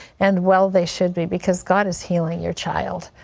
and well they should be, because god is healing your child.